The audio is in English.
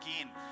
again